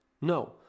No